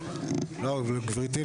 גברתי,